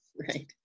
Right